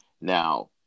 Now